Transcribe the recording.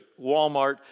Walmart